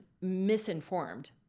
misinformed